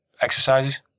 exercises